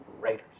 Raiders